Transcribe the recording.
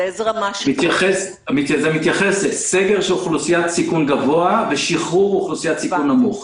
מתייחס לסגר של אוכלוסיית סיכון גבוה ושחרור אוכלוסיית סיכון נמוך.